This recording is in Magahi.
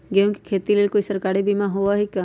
गेंहू के खेती के लेल कोइ सरकारी बीमा होईअ का?